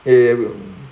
ya ya bro